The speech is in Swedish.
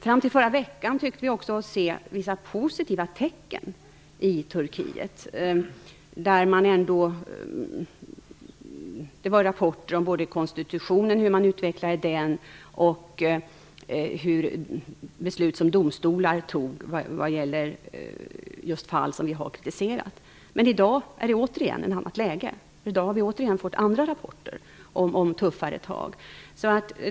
Fram till förra veckan tyckte vi oss också se vissa positiva tecken i Turkiet. Det kom rapporter både om hur man utvecklade konstitutionen och om beslut som domstolar fattade vad gäller fall som vi har kritiserat. Men i dag är det återigen ett annat läge. Vi har nu fått andra rapporter om tuffare tag.